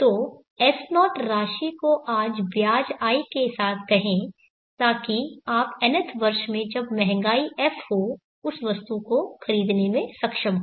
तो S0 राशि को आज ब्याज i के साथ कहें ताकि आप nth वर्ष में जब महंगाई f हो उस वस्तु को खरीदने में सक्षम हो